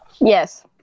Yes